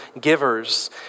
givers